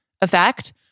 effect